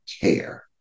care